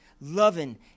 loving